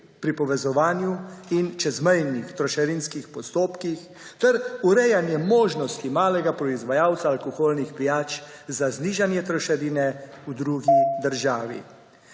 pri povezovanju in čezmejnih trošarinskih postopkih ter urejanje možnosti malega proizvajalca alkoholnih pijač za znižanje trošarine v drugi državi.